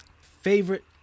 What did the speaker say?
favorite